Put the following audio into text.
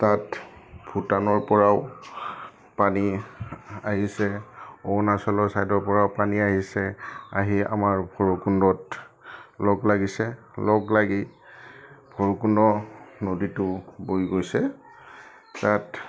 তাত ভূটানৰপৰাও পানী আহিছে অৰুণাচলৰ ছাইডৰপৰাও পানী আহিছে আহি আমাৰ ভৈৰৱকুণ্ডত লগ লাগিছে লগ লাগি ভৈৰৱকুণ্ড নদীটো বৈ গৈছে তাত